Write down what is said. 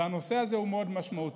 והנושא הזה הוא מאוד משמעותי.